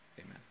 Amen